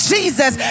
Jesus